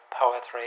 poetry